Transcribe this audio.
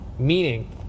Meaning